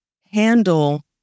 handle